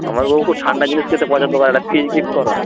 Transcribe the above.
আমার বউ খুব ঠান্ডা জিনিস খেতে পছন্দ করে একটা ফ্রিজ গিফট করো না